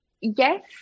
Yes